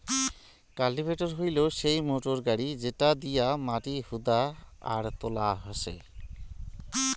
cultivator হইলো সেই motor গাড়ি যেটা দিয়া মাটি হুদা আর তোলা হসে